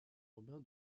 urbain